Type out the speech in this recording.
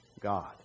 God